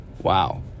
wow